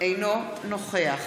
אינו נוכח